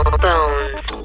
Bones